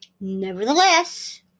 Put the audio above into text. Nevertheless